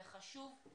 זה חשוב מאוד-מאוד.